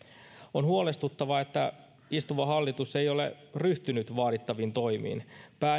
on huolestuttavaa että istuva hallitus ei ole ryhtynyt vaadittaviin toimiin